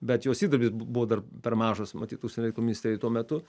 bet jos įdirbis buvo dar per mažas matyt užsienio reikalų ministerijoj tuo metu